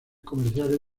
comerciales